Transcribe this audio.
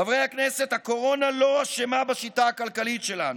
חברי הכנסת, הקורונה לא אשמה בשיטה הכלכלית שלנו,